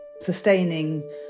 Sustaining